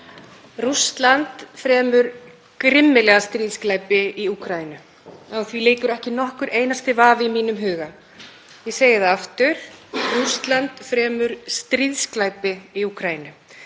Rússland fremur grimmilega stríðsglæpi í Úkraínu. Á því leikur ekki nokkur einasti vafi í mínum huga. Ég segi það aftur: Rússland fremur stríðsglæpi í Úkraínu.